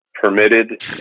permitted